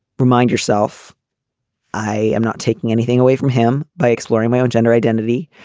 remind yourself i am not taking anything away from him by exploring my own gender identity.